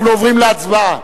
אנחנו עוברים להצבעה.